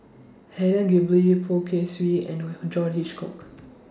Helen Gilbey Poh Kay Swee and John Hitchcock